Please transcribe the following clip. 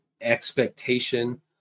expectation